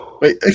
Wait